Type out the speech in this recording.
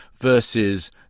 versus